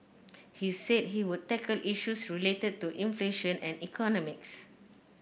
he said he would tackle issues related to inflation and economics